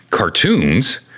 cartoons